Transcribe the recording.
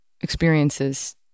experiences